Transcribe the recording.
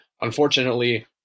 Unfortunately